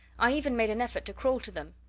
i even made an effort to crawl to them,